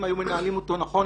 אם היו מנהלים אותו נכון,